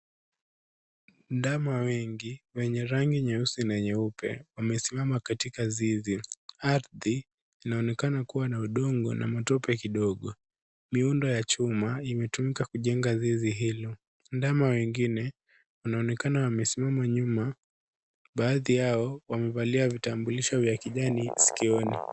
Ndama wengi wenye rangi nyeusi na nyeupe wamesimama katika zizi. Ardhi inaonekana kuwa na udongo una matope kidogo. Miundo ya chuma imetumika kujenga zizi hilo. Ndama wengine wanaonekana wamesimama nyuma. Baadhi yao wamevalia vitambulisho vya kijani sikioni.